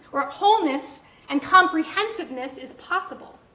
or wholeness and comprehensiveness is possible.